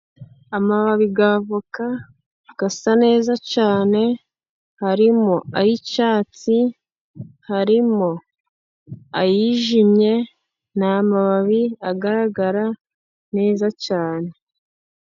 Amababi ya avoka asa neza cyane, harimo ay'icyatsi, harimo ayijimye, ni amababi agaragara neza cyane.